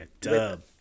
Dub